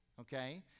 okay